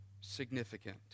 significant